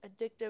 addictive